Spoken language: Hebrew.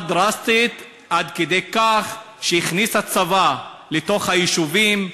דרסטית עד כדי כך שהכניסו צבא לתוך היישובים.